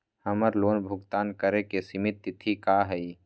हमर लोन भुगतान करे के सिमित तिथि का हई?